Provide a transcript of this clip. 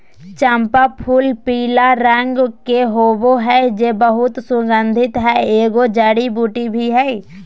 चम्पा फूलपीला रंग के होबे हइ जे बहुत सुगन्धित हइ, एगो जड़ी बूटी भी हइ